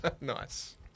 Nice